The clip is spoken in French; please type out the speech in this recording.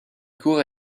cours